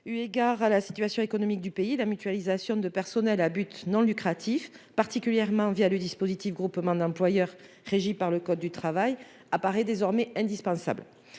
eu égard à la situation économique du pays, la mutualisation de personnel à but non lucratif particulièrement via le dispositif groupement d'employeurs régis par le code du travail apparaît désormais indispensable